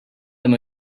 them